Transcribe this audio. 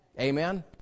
Amen